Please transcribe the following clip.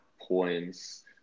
points